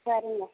சரிங்க